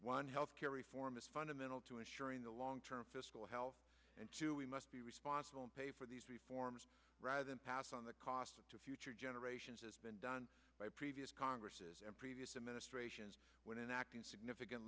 one health care reform is fundamental to ensuring the long term fiscal health and two we must be responsible and pay for these reforms rather than pass on the costs to future generations has been done by previous congresses and previous administrations when enacting significant